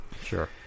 Sure